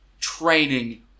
training